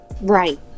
right